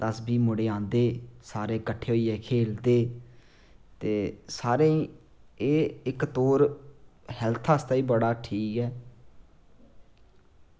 दस्स बीह् मुड़े आंदे सारे किट्ठे होइयै खेल्लदे ते एह् सारे इक्क तौर पर हेल्थ आस्तै बी बड़ा ठीक ऐ